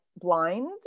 blind